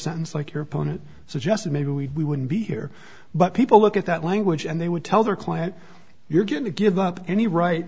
sentence like your opponent suggested maybe we wouldn't be here but people look at that language and they would tell their client you're going to give up any right